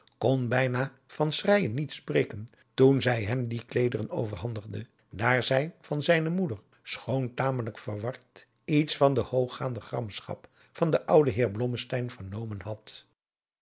kon bijna van schreijen niet spreken toen zij hem die kleederen overhandigde daar zij van zijne moeder schoon tamelijk verward iets van de hooggaande gramschap van den ouden heer blommesteyn vernomen had